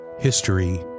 History